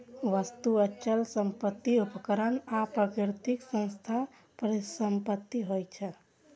वस्तु, अचल संपत्ति, उपकरण आ प्राकृतिक संसाधन परिसंपत्ति होइ छै